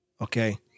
Okay